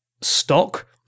stock